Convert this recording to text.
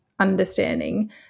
understanding